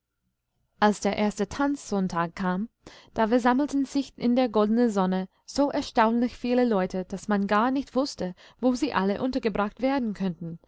als der erste tanzsonntag kam da versammelten sich in der goldenen sonne so erstaunlich viele leute daß man gar nicht wußte wo sie alle untergebracht werden könnten